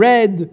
Red